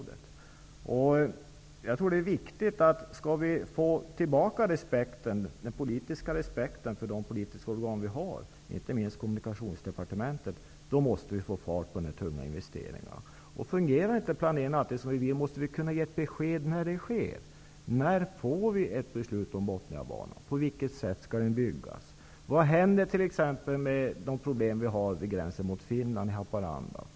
Jag tror att det är viktigt att vi för att få tillbaka respekten för de politiska organ som vi har, inte minst Kommunikationsdepartementet, får fart på de tunga investeringarna. Om planeringen inte alltid fungerar som vi vill, måste vi kunna ge ett besked om när så kommer att ske. När får vi ett beslut om Botniabanan, och på vilket sätt skall den byggas? Vad händer t.ex. med de problem som vi har i Haparanda, på gränsen mot Finland?